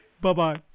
Bye-bye